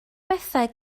bethau